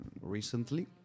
recently